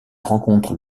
rencontre